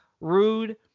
Rude